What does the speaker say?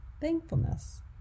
thankfulness